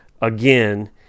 again